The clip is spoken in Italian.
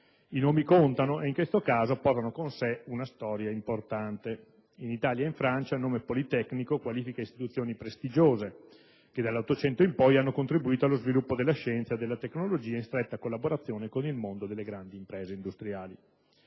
I nomi contano, e in questo caso portano con sé una storia importante. In Italia e in Francia il nome "politecnico" qualifica istituzioni prestigiose che dall'Ottocento in poi hanno contribuito allo sviluppo della scienza e della tecnologia in stretta collaborazione con il mondo delle grandi imprese industriali.